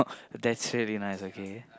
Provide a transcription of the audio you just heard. that's really nice okay